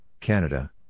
Canada